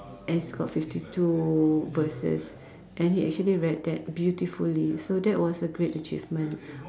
and it's got fifty two verses and he actually read that beautifully so that was a great achievement